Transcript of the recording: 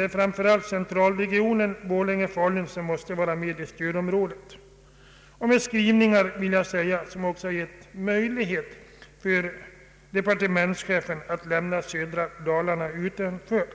att framför allt centralregionen Borlänge—Falun måste vara med i stödområdet, detta med skrivningar som givit möjlighet för departementschefen att lämna södra Dalarna utanför.